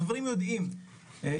החברים יודעים,